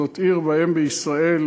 זאת עיר ואם בישראל.